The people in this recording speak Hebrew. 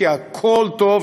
כי הכול טוב.